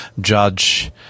judge